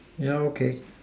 yeah okay